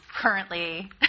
currently